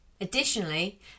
Additionally